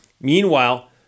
Meanwhile